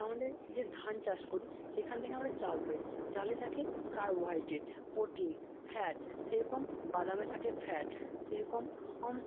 আমাদের যে ধান চাষ করি সেখান থেকে আমরা চাল পাই চালে থাকে কার্বোহাইড্রেট প্রোটিন ফ্যাট সেরকম বাদামে থাকে ফ্যাট সেরকম